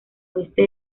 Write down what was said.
oeste